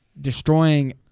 destroying